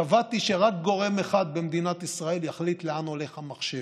קבעתי שרק גורם אחד במדינת ישראל יחליט לאן הולך המחשב.